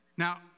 Now